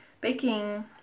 baking